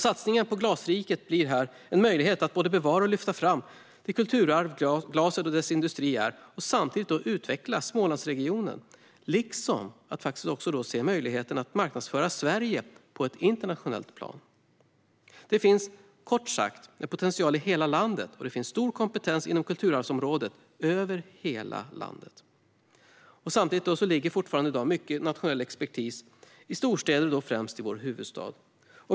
Satsningen på Glasriket blir här en möjlighet att både bevara och lyfta fram det kulturarv glaset och dess industri är och samtidigt utveckla Smålandsregionen liksom att se möjligheten att marknadsföra Sverige på ett internationellt plan. Det finns kort sagt potential i hela landet, och det finns stor kompetens inom kulturarvsområdet över hela landet. Samtidigt ligger i dag mycket nationell expertis fortfarande i storstäder och då främst i vår huvudstad.